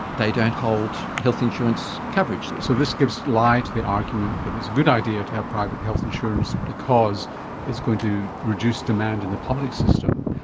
they don't hold health insurance coverage. so this gives lie to the argument that it's a good idea to have private health insurance because it's going to reduce demand in the public system,